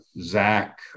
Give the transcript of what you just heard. Zach